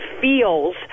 feels